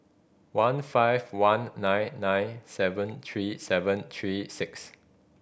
one five one nine nine seven three seven three six